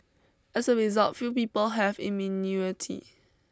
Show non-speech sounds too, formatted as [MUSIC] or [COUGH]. as a result few people have [UNINTELLIGIBLE]